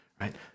right